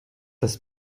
das